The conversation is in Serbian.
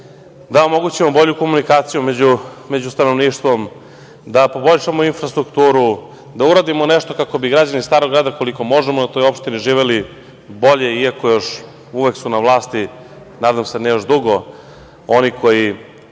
da omogućimo bolju komunikaciju među stanovništvom, da poboljšamo infrastrukturu, da uradimo nešto kako bi građani Starog grada, koliko možemo, na toj opštini živeli bolje, iako još uvek su na vlasti, nadam se ne još dugo, oni koji